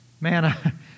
man